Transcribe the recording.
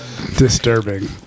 disturbing